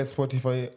Spotify